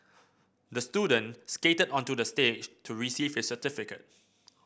the student skated onto the stage to receive his certificate